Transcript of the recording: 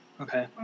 Okay